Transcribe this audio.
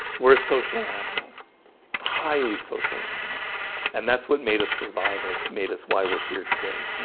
we're a social animal highly social animal and that's what made us survive. it's made us why we're here today